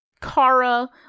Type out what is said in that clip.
Kara